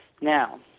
Now